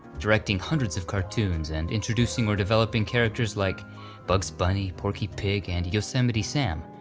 directing hundreds of cartoons, and introducing or developing characters like bugs bunny, porky pig, and yosemite sam,